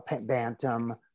Bantam